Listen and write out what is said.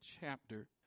chapter